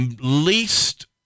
least